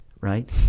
right